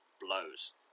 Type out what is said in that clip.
blows